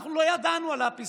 אנחנו לא ידענו על הפסגה.